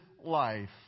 life